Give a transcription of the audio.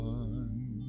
one